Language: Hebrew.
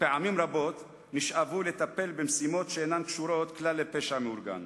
ופעמים רבות נשאבו לטפל במשימות שאינן קשורות כלל לפשע המאורגן.